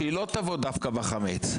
שהיא לא תבוא דווקא בחמץ,